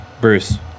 Bruce